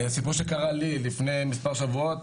סיפור שקרה לי לפני מספר שבועות.